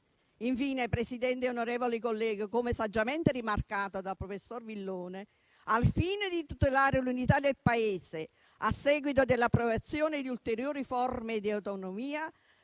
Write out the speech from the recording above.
signor Presidente, onorevoli colleghi, come saggiamente rimarcato dal professor Villone, al fine di tutelare l'unità del Paese, a seguito dell'approvazione di ulteriori forme di autonomia